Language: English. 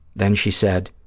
then she said,